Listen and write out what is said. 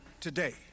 today